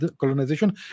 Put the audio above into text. colonization